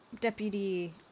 Deputy